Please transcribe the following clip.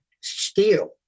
steel